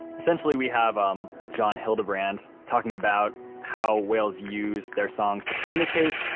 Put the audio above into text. essentially we have um john hildebrand talking about how whales use their songs to communicate,